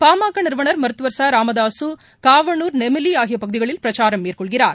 பாமகநிறுவனர் மருத்துவர் ச ராமதாசுகாவனூர் நெமிலிஆகியபகுதிகளில் பிரச்சாரம் மேற்கொள்கிறார்